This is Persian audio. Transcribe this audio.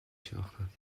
شناختند